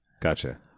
Gotcha